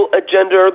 agenda